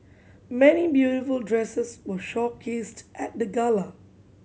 many beautiful dresses were showcased at the gala